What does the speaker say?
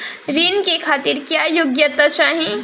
ऋण के खातिर क्या योग्यता चाहीं?